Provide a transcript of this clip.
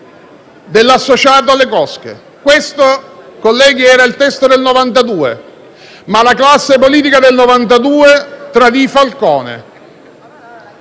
dell'associato alle cosche. Questo, colleghi, era il testo del 1992. Ma la classe politica del 1992 tradì Falcone